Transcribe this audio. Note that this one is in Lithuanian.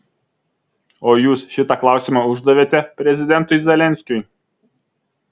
o jūs šitą klausimą uždavėte prezidentui zelenskiui